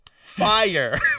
fire